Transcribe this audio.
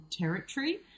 territory